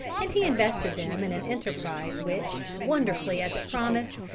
and he invested them in an enterprise which, wonderfully as it promised,